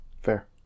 fair